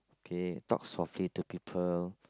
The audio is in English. okay talk softly to people